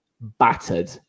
battered